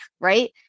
right